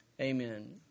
Amen